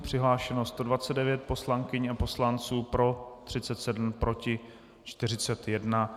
Přihlášeno 129 poslankyň a poslanců, pro 37, proti 41.